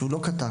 שהוא לא קטן